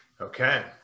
Okay